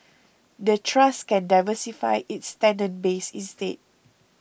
the trust can diversify its tenant base instead